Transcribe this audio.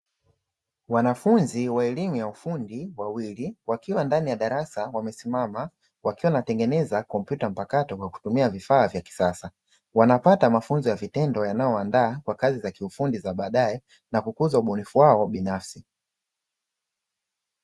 Wanafunzi wa elimu ya ufundi wawili ,wakiwa ndani ya darasa wamesimama, wakiwa wanatengeneza kompyuta mpakato kwa kutumia vifaa vya kisasa. Wanapata mafunzo ya vitendo yanayowaandaa kwa kazi za kiufundi wa baadae na kukuza ubunifu wao binafsi.